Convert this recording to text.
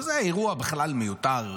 שזה אירוע בכלל מיותר,